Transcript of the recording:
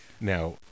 Now